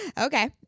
okay